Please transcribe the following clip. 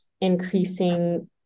increasing